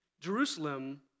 Jerusalem